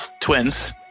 twins